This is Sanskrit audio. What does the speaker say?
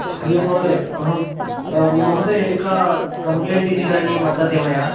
हरि ओम् महोदय अहं महोदय एका कम्प्लेण्ट् इति करणीयं वर्तते मया